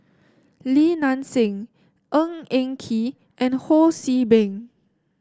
Li Nanxing Ng Eng Kee and Ho See Beng